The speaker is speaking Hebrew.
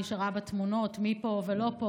מי שראה בתמונות מי פה ומי לא.